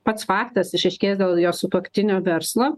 pats faktas išaiškės dėl jos sutuoktinio verslo